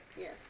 Yes